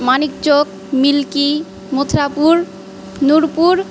Manikchak Milki Mathurapur Nurpur